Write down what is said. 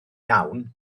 iawn